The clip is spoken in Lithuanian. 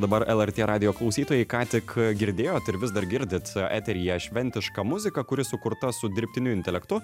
dabar lrt radijo klausytojai ką tik girdėjot ir vis dar girdit eteryje šventišką muziką kuri sukurta su dirbtiniu intelektu